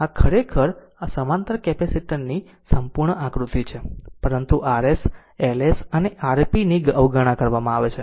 આ ખરેખર સમાંતર કેપેસિટર નું સંપૂર્ણ આકૃતિ છે પરંતુ Rs Ls અને Rp ની અવગણના કરવામાં આવશે